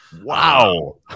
Wow